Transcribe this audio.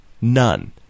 None